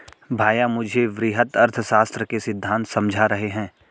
भैया मुझे वृहत अर्थशास्त्र के सिद्धांत समझा रहे हैं